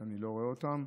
שאני לא רואה אותם.